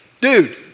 dude